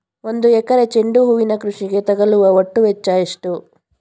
ಒಂದು ಎಕರೆ ಚೆಂಡು ಹೂವಿನ ಕೃಷಿಗೆ ತಗಲುವ ಒಟ್ಟು ವೆಚ್ಚ ಎಷ್ಟು?